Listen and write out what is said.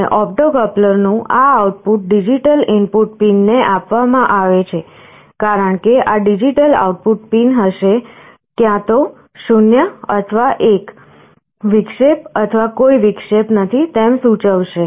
અને ઓપ્ટો કપ્લરનું આ આઉટપુટ ડિજિટલ ઇનપુટ પિન ને આપવામાં આવે છે કારણ કે આ ડિજિટલ આઉટપુટ હશે ક્યાં તો 0 અથવા 1 વિક્ષેપ અથવા કોઈ વિક્ષેપ નથી તેમ સૂચવશે